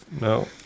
No